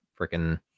freaking